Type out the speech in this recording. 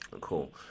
Cool